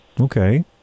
Okay